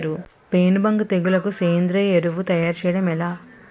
పేను బంక తెగులుకు సేంద్రీయ ఎరువు తయారు చేయడం ఎలా?